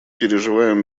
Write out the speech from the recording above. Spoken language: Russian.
переживаем